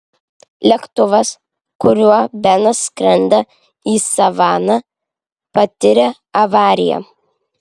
lėktuvas kuriuo benas skrenda į savaną patiria avariją